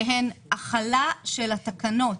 שהם החלה של התקנות,